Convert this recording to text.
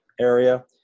area